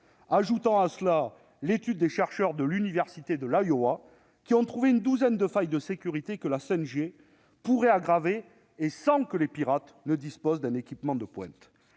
Ajoutons à cela l'étude de chercheurs de l'université de l'Iowa, qui ont trouvé une douzaine de failles de sécurité que la 5G pourrait aggraver, sans qu'il soit nécessaire, pour les pirates, de disposer d'un équipement de pointe.